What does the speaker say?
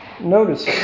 notice